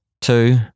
Two